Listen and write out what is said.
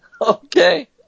okay